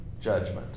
judgment